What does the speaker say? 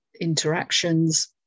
interactions